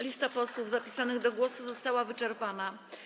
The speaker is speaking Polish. Lista posłów zapisanych do głosu została wyczerpana.